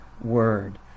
word